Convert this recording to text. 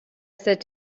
sit